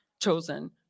chosen